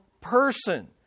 person